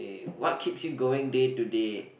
what keeps you going day to day